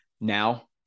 now